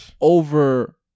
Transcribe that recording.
over